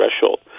threshold